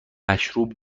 مشروب